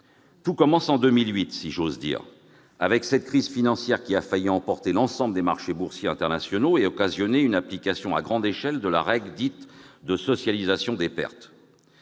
Tout commence en 2008, si j'ose dire, avec cette crise financière qui a failli emporter l'ensemble des marchés boursiers internationaux et a occasionné une application à grande échelle de la règle dite de socialisation des pertes.